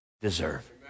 deserve